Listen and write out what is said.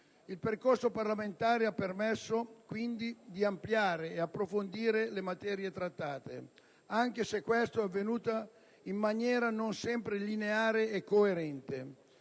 Il percorso parlamentare ha permesso, quindi, di ampliare e approfondire le materie trattate, anche se ciò è avvenuto in maniera non sempre lineare e coerente.